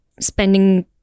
spending